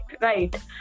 right